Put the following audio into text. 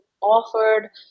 offered